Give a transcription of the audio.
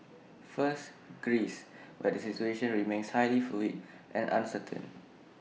first Greece where the situation remains highly fluid and uncertain